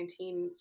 2019